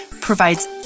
provides